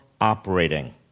operating